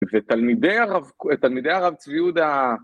ותלמידי הרב צב יהודה